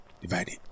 divided